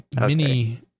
Mini